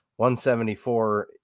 174